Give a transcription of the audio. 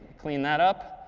clean that up,